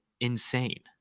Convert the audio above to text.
Insane